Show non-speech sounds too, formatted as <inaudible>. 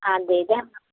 हाँ <unintelligible>